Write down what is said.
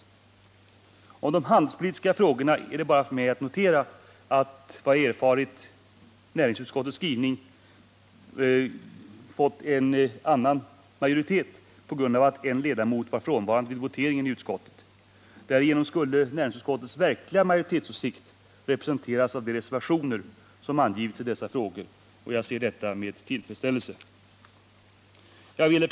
När det gäller de handelspolitiska frågorna är det bara för mig att notera, att majoritetsförhållandet i näringsutskottet enligt vad jag har erfarit förändrades vid voteringen där, genom att en av ledamöterna inte var närvarande. Därför skulle näringsutskottets verkliga majoritet utgöras av dem som står för reservationerna i dessa frågor. Jag konstaterar detta med tillfredsställelse. Herr talman!